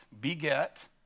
beget